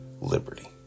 liberty